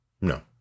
No